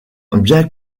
bien